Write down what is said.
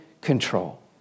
control